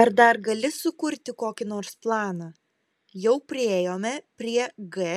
ar dar gali sukurti kokį nors planą jau priėjome prie g